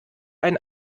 ein